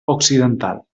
occidental